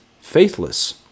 faithless